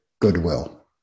goodwill